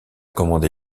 commande